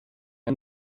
and